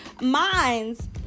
Minds